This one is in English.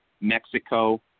Mexico